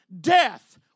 Death